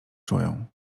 czują